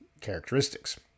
characteristics